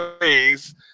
ways